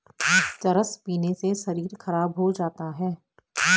चरस पीने से शरीर खराब हो जाता है